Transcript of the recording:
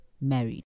married